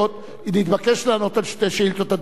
שר הביטחון התבקש לענות על שתי שאילתות,